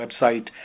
website